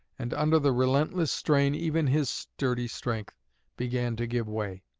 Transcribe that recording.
and under the relentless strain even his sturdy strength began to give way.